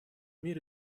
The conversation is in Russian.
мир